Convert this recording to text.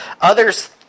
Others